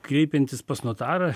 kreipiantis pas notarą